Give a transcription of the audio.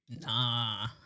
Nah